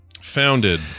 Founded